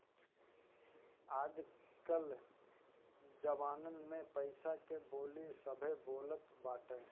आज कअ जमाना में पईसा के बोली सभे बोलत बाटे